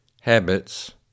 habits